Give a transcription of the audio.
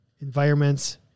Environments